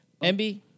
MB